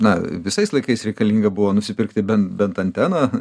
na visais laikais reikalinga buvo nusipirkti bent bent anteną